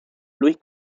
luis